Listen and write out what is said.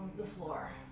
the floor.